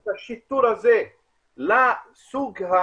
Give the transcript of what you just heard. בלי להתאים את השיטור הזה לסוג הפשיעה